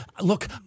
look